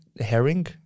herring